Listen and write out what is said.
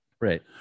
Right